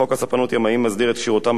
חוק הספנות (ימאים) מסדיר את כשירותם,